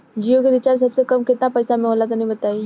जियो के रिचार्ज सबसे कम केतना पईसा म होला तनि बताई?